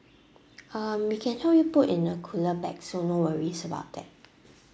um we can help you put in a cooler bag so no worries about that